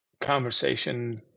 conversation